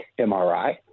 MRI